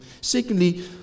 secondly